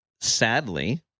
Sadly